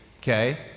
okay